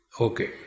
Okay